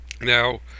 Now